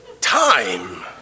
time